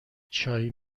چای